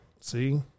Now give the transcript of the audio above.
See